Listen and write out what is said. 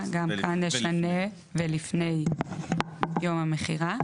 ולפני יום המכירה.